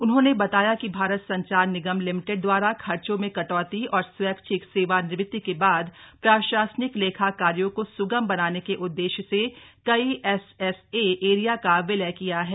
उन्होंने बताया कि भारत संचार निगम लिमिटेड दवारा खर्चों में कटौती और स्वैचिछक सेवानिवृत्ति के बाद प्रशासनिक लेखा कार्यों को स्गम बनाने के उद्देश्य से कई एस एस ए एरिया का विलय किया है